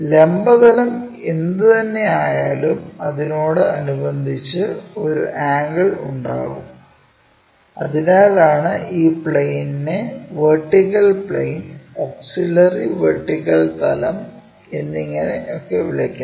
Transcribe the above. ലംബ തലം ഏതു തന്നെ ആയാലും അതിനോട് അനുബന്ധിച്ചു ഒരു ആംഗിൾ ഉണ്ടാകും അതിനാലാണ് ഈ പ്ലെയിനിനെ വെർട്ടിക്കൽ പ്ലെയിൻ ഓക്സിലറി വെർട്ടിക്കൽ തലം എന്നിങ്ങിനെ ഒക്കെ വിളിക്കുന്നത്